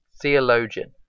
theologian